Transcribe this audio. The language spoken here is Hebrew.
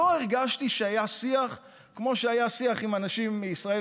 לא הרגשתי שהיה שיח כמו שהיה שיח עם אנשים מישראל